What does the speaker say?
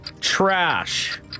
Trash